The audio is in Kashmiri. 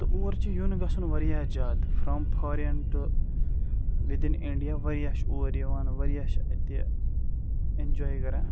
تہٕ اور چھِ یُن گَژھُن واریاہ زیادٕ from foreign to within India واریاہ چھِ اور یِوان واریاہ چھِ اَتہِ اٮ۪نجاے کَران